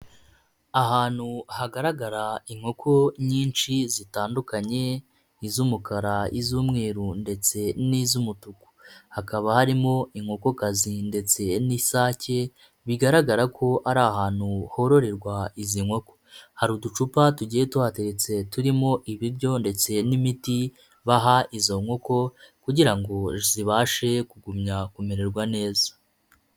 Ahantu hagaragara inkoko nyinshi zitandukanye, iz'umukara, iz'umweru, ndetse n'iz'umutuku hakaba harimo inkokokazi ndetse n'isake, bigaragara ko ari ahantu hororerwa izi nkoko. Hari uducupa tugiye tuhateretse turimo ibiryo ndetse n'imiti baha izo nkoko, kugira ngo zibashe kugumya kumererwa neza.